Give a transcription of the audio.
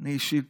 אני אישית,